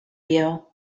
you